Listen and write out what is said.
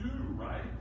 right